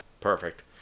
perfect